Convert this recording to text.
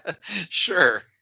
Sure